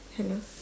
hello